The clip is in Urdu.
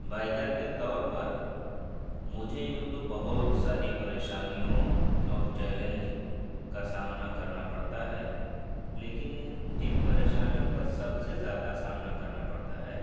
بائکر کے طور پر مجھے یوں تو بہت ساری پریشانیوں اور چیلنج کا سامنا کرنا پڑتا ہے لیکن جن پریشانیوں کا سب سے زیادہ سامنا کرنا پڑتا ہے